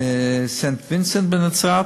"סנט וינסנט" בנצרת,